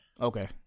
okay